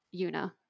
Yuna